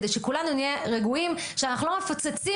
כדי שכולנו נהיה רגועים שאנחנו לא מפוצצים